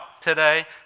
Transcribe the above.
today